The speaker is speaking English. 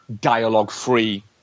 dialogue-free